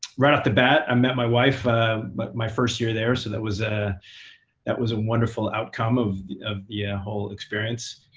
right off the bat, i met my wife but my first year there, so that was a that was a wonderful outcome of the yeah whole experience.